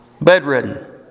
Bedridden